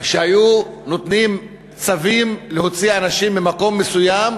שהיו נותנים צווים להוציא אנשים ממקום מסוים,